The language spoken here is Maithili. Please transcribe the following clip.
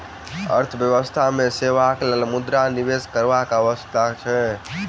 अर्थव्यवस्था मे सेवाक लेल मुद्रा निवेश करबाक आवश्यकता अछि